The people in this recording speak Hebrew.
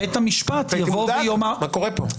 בית המשפט יבוא ויאמר --- מה קורה פה?